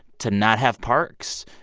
to not have parks,